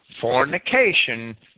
fornication